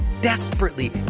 desperately